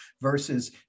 versus